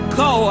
go